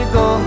go